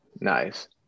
Nice